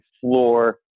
floor